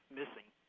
missing